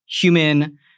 human